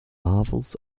marvels